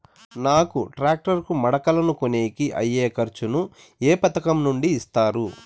నాకు టాక్టర్ కు మడకలను కొనేకి అయ్యే ఖర్చు ను ఏ పథకం నుండి ఇస్తారు?